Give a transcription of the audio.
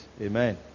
Amen